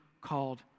called